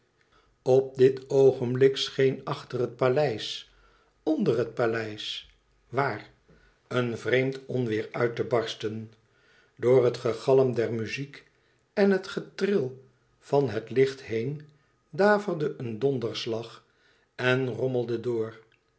op dit oogenblik scheen achter het paleis onder het paleis waar een vreemd onweêr uit te barsten door het gegalm der muziek en het getril van het licht heen daverde een donderslag en rommelde door